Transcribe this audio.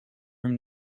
room